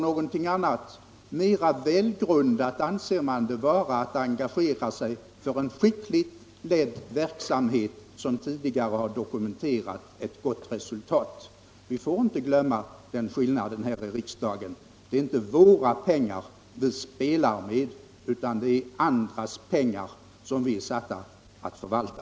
Man anser det mera välgrundat att engagera sig i en skickligt ledd verksamhet som tidigare har dokumenterat ett gott resultat. Vi får inte glömma den skillnaden här i riksdagen. Det är inte våra pengar som vi spelar med utan det är andras medel som vi är satta att förvalta.